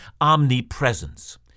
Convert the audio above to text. omnipresence